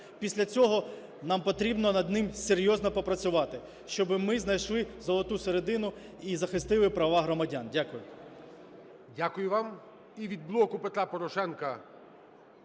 Після цього нам потрібно над ним серйозно попрацювати, щоби ми знайшли золоту середину і захистили права громадян. Дякую.